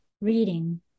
reading